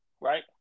right